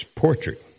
portrait